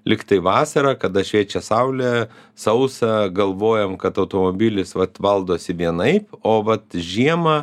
lyg tai vasarą kada šviečia saulė sausa galvojam kad automobilis vat valdosi vienaip o vat žiemą